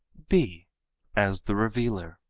b as the revealer.